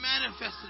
manifested